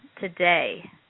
today